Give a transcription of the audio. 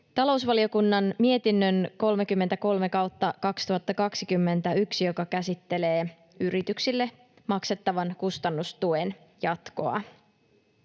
talousvaliokunnan mietinnön 33/2021, joka käsittelee yrityksille maksettavan kustannustuen jatkoa.